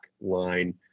line